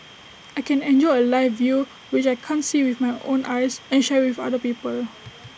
I can enjoy A live view which I can't see with my own eyes and share IT with other people